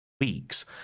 weeks